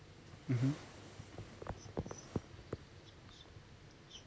mmhmm